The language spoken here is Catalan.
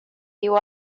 viu